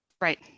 Right